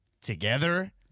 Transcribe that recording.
together